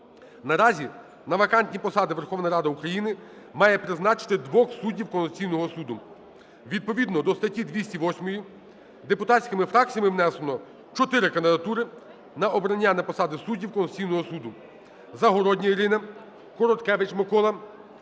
Наразі на вакантні посади Верховна Рада України має призначити двох суддів Конституційного Суду. Відповідно до статті 208 депутатськими фракціями внесено 4 кандидатури на обрання на посади суддів Конституційного Суду: Завгородня Ірина, Короткевич Микола,